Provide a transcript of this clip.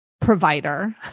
provider